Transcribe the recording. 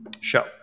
show